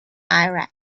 iraq